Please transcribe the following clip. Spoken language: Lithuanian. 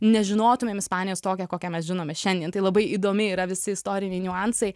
nežinotumėm ispanijos tokią kokią mes žinome šiandien tai labai įdomi yra visi istoriniai niuansai